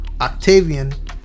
octavian